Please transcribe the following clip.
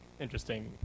interesting